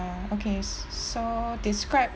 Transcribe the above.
uh okay s~ so describe